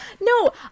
No